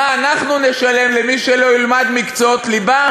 מה אנחנו נשלם למי שלא ילמד מקצועות ליבה?